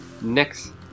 Next